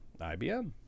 IBM